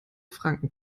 franken